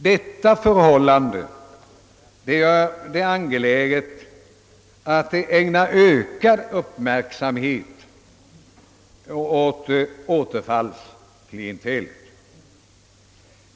Detta förhållande gör det angeläget att vi ägnar ökad uppmärksamhet åt återfallsklientelet.